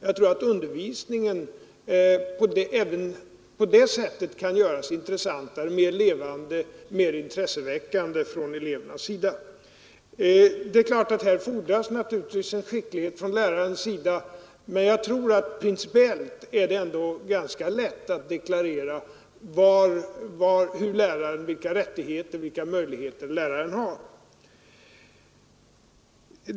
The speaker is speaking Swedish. Jag tror att undervisningen även på det sättet kan göras intressantare och mer levande. Här fordras naturligtvis skicklighet av läraren, men jag tror att det principiellt ändå är ganska lätt att deklarera vilka rättigheter och möjligheter läraren har.